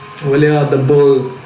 really about the bull.